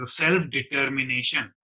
self-determination